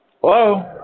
Hello